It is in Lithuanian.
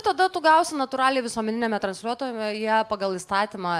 tada tu gausi natūraliai visuomeniniame transliuotojuje pagal įstatymą